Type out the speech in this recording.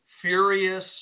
furious